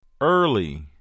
Early